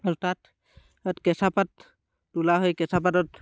আৰু তাত কেঁচা পাত তোলা হয় কেঁচা পাতত